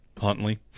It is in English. Huntley